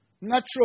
natural